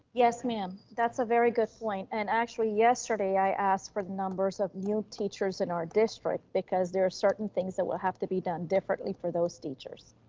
yes ma'am, that's a very good point. and actually yesterday i asked for the numbers of new teachers in our district, because there are certain things that will have to be done differently for those teachers.